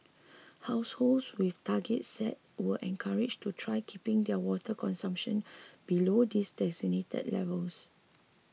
households with targets set were encouraged to try keeping their water consumption below these designated levels